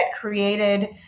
created